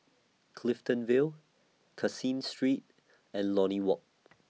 Clifton Vale Caseen Street and Lornie Walk